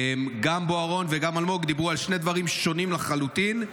בוארון ואלמוג דיברו על שני דברים שונים לחלוטין,